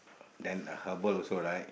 then uh herbal also right